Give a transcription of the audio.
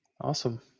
Awesome